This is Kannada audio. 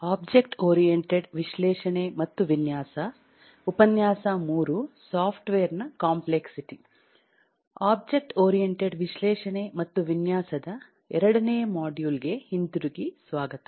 ಒಬ್ಜೆಕ್ಟ್ ಓರಿಯಂಟೆಡ್ ವಿಶ್ಲೇಷಣೆ ಮತ್ತು ವಿನ್ಯಾಸದ ಮಾಡ್ಯೂಲ್ 2 ಗೆ ಹಿಂತಿರುಗಿ ಸ್ವಾಗತ